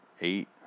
eight